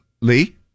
Lee